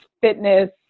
fitness